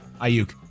Ayuk